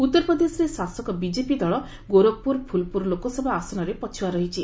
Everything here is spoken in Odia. ଉତ୍ତର ପ୍ରଦେଶରେ ଶାସକ ବିଜେପି ଦଳ ଗୋରଖପୁର ପୁଲପୁର ଲୋକସଭା ଆସନରେ ପଛୁଆ ରହିଛି